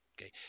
Okay